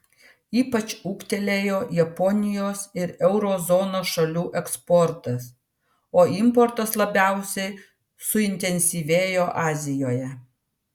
ypač ūgtelėjo japonijos ir euro zonos šalių eksportas o importas labiausiai suintensyvėjo azijoje